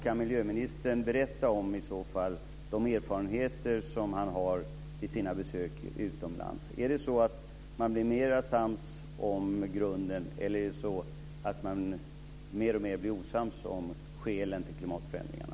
Kan miljöministern i så fall berätta om de erfarenheter som han har från sina besök utomlands? Är det så att man blir mer sams om grunderna, eller blir man mer och mer osams om skälen till klimatförändringarna?